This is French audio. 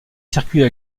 circuits